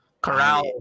Corral